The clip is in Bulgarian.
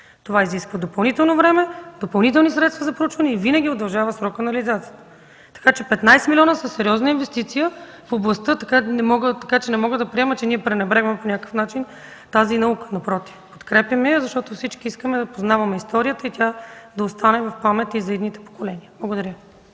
Това изисква допълнително време, допълнителни средства за проучване и винаги удължава срока на реализацията. Петнадесет милиона са сериозна инвестиция, така че не мога да приема, че пренебрегваме по някакъв начин тази наука. Напротив, подкрепяме я, защото всички искаме да познаваме историята и тя да остане в памет и за идните поколения. Благодаря.